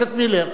מילר,